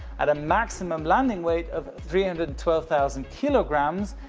at a maximum landing weight of three hundred and twelve thousand kilograms,